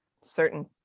certain